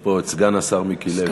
פה סגן השר מיקי לוי.